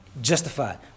justified